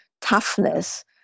toughness